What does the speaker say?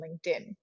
LinkedIn